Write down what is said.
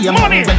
money